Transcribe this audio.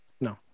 No